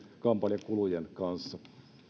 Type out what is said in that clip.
kampanjakulujen kanssa